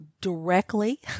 directly